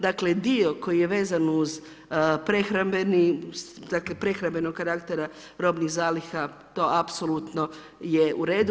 Dakle, dio koji je vezan uz prehrambeni, dakle prehrambenog karaktera robnih zaliha, to apsolutno je u redu.